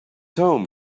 home